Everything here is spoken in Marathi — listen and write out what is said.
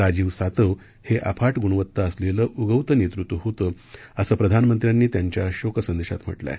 राजीव सातव हे अफाट ग्णवत्ता असलेलं उगवतं नेतृत्व होतं असं प्रधानमंत्र्यांनी त्यांच्या शोक संदेशात म्हटलं आहे